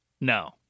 No